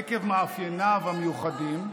עקב מאפייניו המיוחדים,